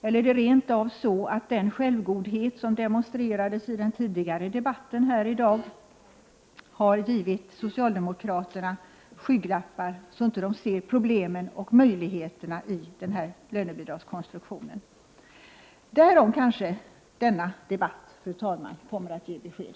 Eller är det rent av så att den självgodhet som demonstrerades i den tidigare debatten här i dag har givit socialdemokraterna skygglappar, så att de inte ser problemen och möjligheterna i den här lönebidragskonstruktionen? Därom kanske denna debatt kommer att ge besked.